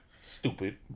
Stupid